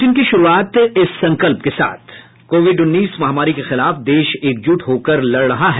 bulletin की शुरूआत इस संकल्प के साथ कोविड उन्नीस महामारी के खिलाफ देश एकजुट होकर लड़ रहा है